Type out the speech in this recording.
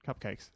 cupcakes